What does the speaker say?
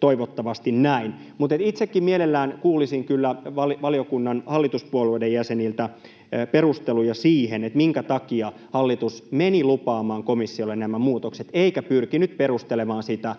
toivottavasti näin. Mutta itsekin mielelläni kuulisin kyllä valiokunnan hallituspuolueiden jäseniltä perusteluja siihen, minkä takia hallitus meni lupaamaan komissiolle nämä muutokset eikä pyrkinyt perustelemaan sitä,